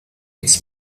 its